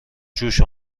جوش